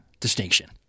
Distinction